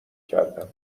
کردم